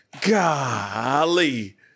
Golly